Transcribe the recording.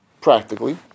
practically